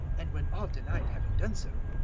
and when all denied having done so,